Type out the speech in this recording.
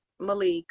Malik